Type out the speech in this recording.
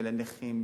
ולנכים,